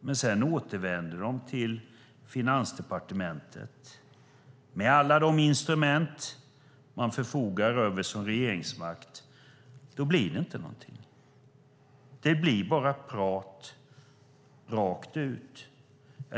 Men sedan återvänder de till Finansdepartementet med alla de instrument som man förfogar över som regeringsmakt. Då blir det ingenting. Det blir bara prat rakt ut.